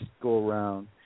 go-around